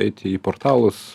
eiti į portalus